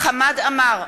חמד עמאר,